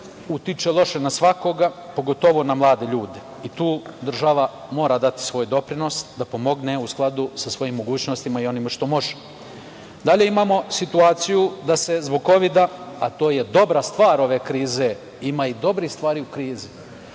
utiče na svakoga, pogotovo na mlade ljude i tu država mora dati svoj doprinos da pomogne u skladu sa svojim mogućnostima i onim što može. Dalje, imamo situaciju da se zbog kovida, a to je dobra stvar ove krize, ima i dobrih stvari u krizi,